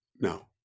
No